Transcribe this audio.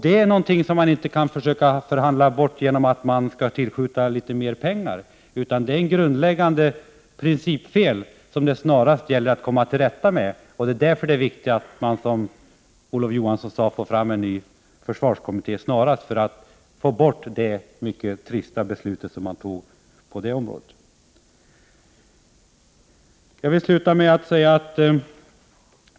Det är någonting som man inte kan försöka förhandla bort genom att tillskjuta litet mer pengar, utan det är ett grundläggande principfel, som det snarast gäller att komma till rätta med. Därför är det viktigt, som Olof Johansson sade, att en ny försvarskommitté tillsätts snarast för att få bort det mycket trista beslut som man fattade på detta område.